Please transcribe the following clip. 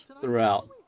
throughout